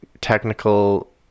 technical